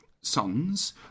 sons